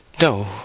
No